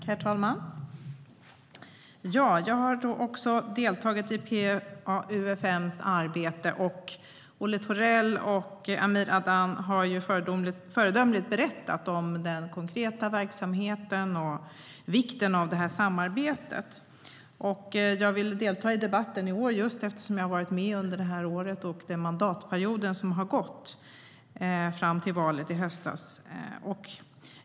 Herr talman! Jag har också deltagit i PA-UfM:s arbete. Olle Thorell och Amir Adan har föredömligt berättat om den konkreta verksamheten och vikten av samarbetet. Jag vill delta i debatten i år eftersom jag har varit med under det här året och under den mandatperiod som har gått, fram till valet i höstas.